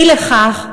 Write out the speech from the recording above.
אי לכך,